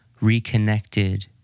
reconnected